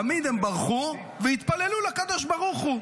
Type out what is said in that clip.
תמיד הם ברחו והתפללו לקדוש ברוך הוא.